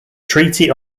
treaty